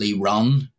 run